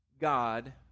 God